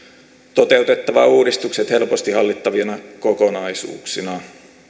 toteuttaa uudistukset helposti hallittavina kokonaisuuksina